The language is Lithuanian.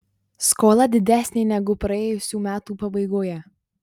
skola didesnė negu praėjusių metų pabaigoje